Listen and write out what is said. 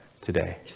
today